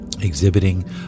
...exhibiting